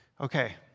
Okay